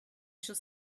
shall